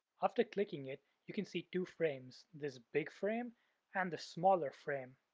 after clicking it, you can see two frames this big frame and the smaller frame.